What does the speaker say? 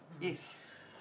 Yes